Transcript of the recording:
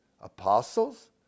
Apostles